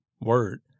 word